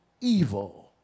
evil